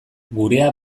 gurea